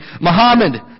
Muhammad